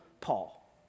Paul